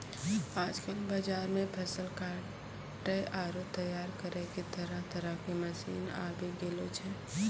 आजकल बाजार मॅ फसल काटै आरो तैयार करै के तरह तरह के मशीन आबी गेलो छै